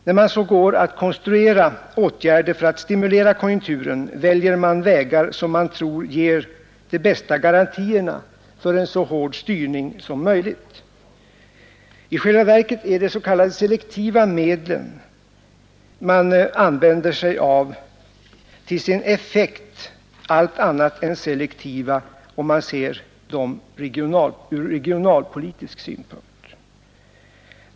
När man så går att konstruera åtgärder för att stimulera konjunkturen väljer man vägar som man tror ger de bästa garantierna för en så hård styrning som möjligt. I själva verket är de s.k. selektiva medel man använder till sin effekt allt annat än selektiva om man ser dem ur regionalpolitisk synpunkt.